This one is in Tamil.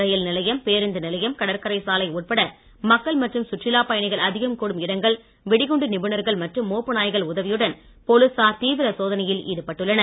ரயில் நிலையம் பேருந்து நிலையம் கடற்கரை சாலை உட்பட மக்கள் மற்றும் சுற்றுலாப் பயணிகள் அதிகம் கூடும் இடங்கள் வெடிகுண்டு நிபுணர்கள் மற்றும் மோப்ப நாய்கள் உதவியுடன் போலீசார் தீவிர சோதனையில் ஈடுபட்டுள்ளனர்